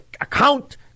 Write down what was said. account